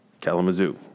Kalamazoo